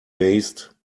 based